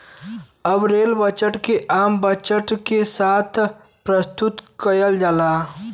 अब rail budget के आम बजट के साथ प्रसतुत कईल जाला